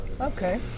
Okay